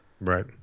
Right